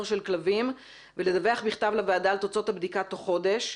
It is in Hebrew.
של כלבים ולדווח בכתב לוועדה על תוצאות הבדיקה תוך חודש.